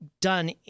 done